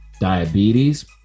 diabetes